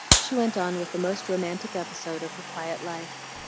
she went on with the most romantic episode of her quiet life.